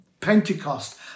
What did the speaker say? Pentecost